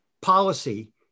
policy